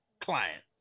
Client